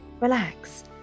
relax